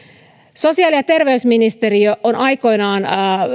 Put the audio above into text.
sosiaali ja terveysministeriö on aikoinaan